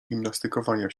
gimnastykowania